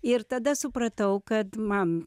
ir tada supratau kad man